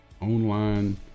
online